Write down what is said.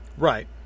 Right